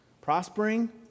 prospering